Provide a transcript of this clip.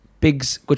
Pigs